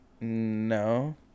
no